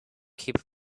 keep